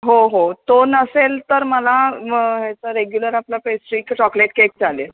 हो हो तो नसेल तर मला हेचं रेग्युलर आपलं पेस्ट्री चॉकलेट केक चालेल